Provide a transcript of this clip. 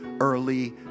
early